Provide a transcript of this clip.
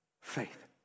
faith